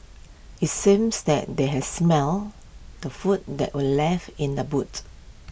IT seems that they had smelt the food that were left in the boots